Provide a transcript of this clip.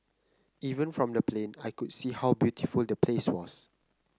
even from the plane I could see how beautiful the place was